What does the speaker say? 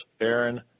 Aaron